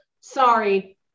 sorry